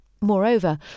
Moreover